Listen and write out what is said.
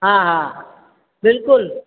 हा हा बिल्कुलु